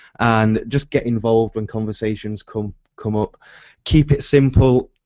and just get involved in conversations come come up keep it simple.